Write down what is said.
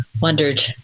wondered